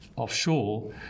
offshore